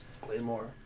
Claymore